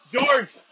George